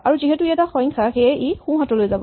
আৰু যিহেতু ই এটা সংখ্যা সেয়ে ই সোঁ হাতলৈ যাব